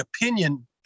opinion